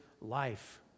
life